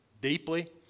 deeply